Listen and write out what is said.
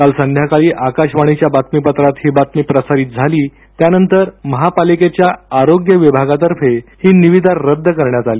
काल संध्याकाळी आकाशवाणीच्या बातमीपत्रात ही बातमी प्रसारित झाली त्यानंतर महापालिकेच्या आरोय विभागातर्फे ही निविदा रद्द करण्यात आली